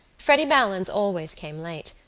freddy malins always came late,